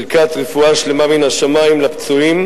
ברכת רפואה שלמה מן השמים לפצועים,